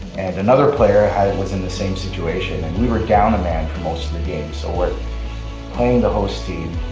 and another player was in the same situation, and we were down a man for most of the game. so we're playing the host team,